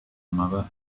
mother